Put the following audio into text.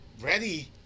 ready